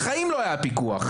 בחיים לא היה פיקוח.